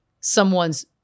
someone's